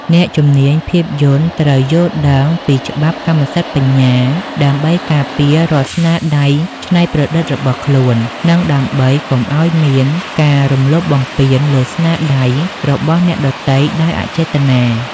អ្នកជំនាញភាពយន្តត្រូវយល់ដឹងពីច្បាប់កម្មសិទ្ធិបញ្ញា ដើម្បីការពាររាល់ស្នាដៃច្នៃប្រឌិតរបស់ខ្លួន និងដើម្បីកុំឱ្យមានការរំលោភបំពានលើស្នាដៃរបស់អ្នកដទៃដោយអចេតនា។